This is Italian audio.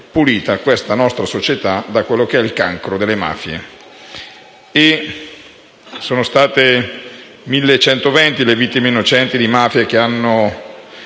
pulita questa nostra società dal cancro delle mafie. Sono state circa 1.120 le vittime innocenti di mafia che hanno